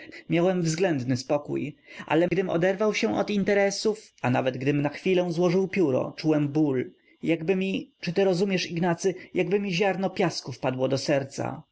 miałem względny spokój ale gdym oderwał się od interesów a nawet gdym na chwilę złożył pióro czułem ból jakby mi czy ty rozumiesz ignacy jakby mi ziarno piasku wpadło do serca